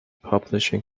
publishing